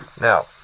Now